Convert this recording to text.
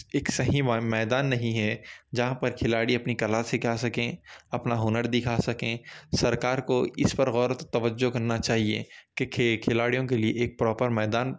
ایک صحیح میدان نہیں ہے جہاں پر کھلاڑی اپنی کلا سکھا سکیں اپنا ہنر دکھا سکیں سرکار کو اس پر غور توجہ کرنا چاہیے کہ کھلاڑیوں کے لیے ایک پروپر میدان